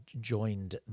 joined